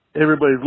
everybody's